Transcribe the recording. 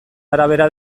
arabera